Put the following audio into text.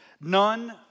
None